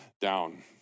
down